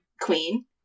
queen